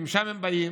משם הם באים.